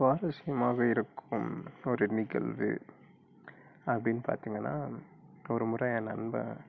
சுவாரஸ்யமாக இருக்கும் ஒரு நிகழ்வு அப்படின்னு பார்த்திங்கன்னா ஒரு முறை என் நண்பன்